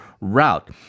route